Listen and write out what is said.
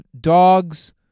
Dogs